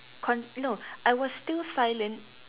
con~ you know I was still silent